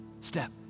step